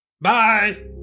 Bye